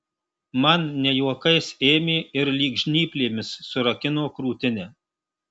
man ne juokais ėmė ir lyg žnyplėmis surakino krūtinę